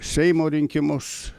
seimo rinkimus